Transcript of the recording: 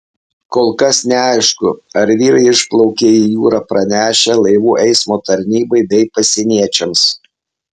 kol kas neaišku ar vyrai išplaukė į jūrą pranešę laivų eismo tarnybai bei pasieniečiams